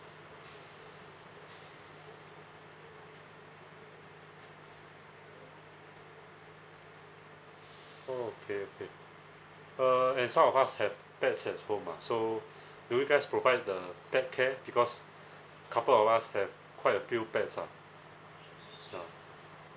okay okay uh and some of us have pets at home ah so do you guys provide the pet care because couple of us have quite a few pets ah ya